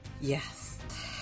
Yes